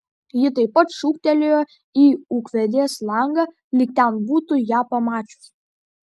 ji taip pat šūktelėjo į ūkvedės langą lyg ten būtų ją pamačius